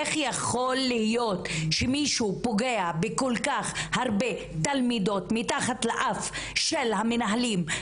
איך יכול להיות שמישהו פוגע בכל כך הרבה תלמידות מתחת לאף של המנהלים,